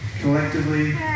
Collectively